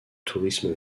tourisme